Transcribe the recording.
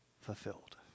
fulfilled